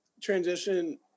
transition